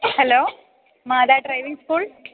hello Matha driving school